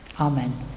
Amen